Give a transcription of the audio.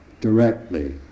directly